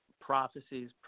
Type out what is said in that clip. prophecies